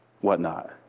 whatnot